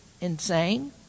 insane